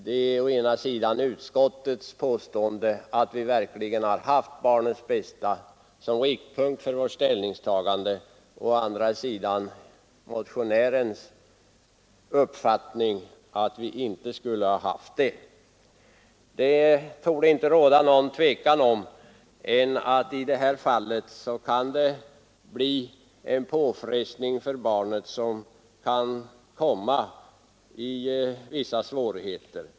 Det är å ena sidan utskottets påstående att vi verkligen har haft barnens bästa som riktpunkt för vårt ställningstagande och å andra sidan motionärens uppfattning att vi inte skulle ha haft det. Något tvivel torde inte råda om att det i detta fall kan bli en påfrestning för barnet, som kan komma i vissa svårigheter.